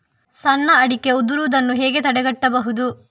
ಸಣ್ಣ ಅಡಿಕೆ ಉದುರುದನ್ನು ಹೇಗೆ ತಡೆಗಟ್ಟಬಹುದು?